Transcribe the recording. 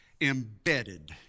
embedded